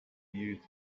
used